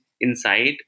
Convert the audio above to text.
inside